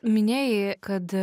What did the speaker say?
minėjai kad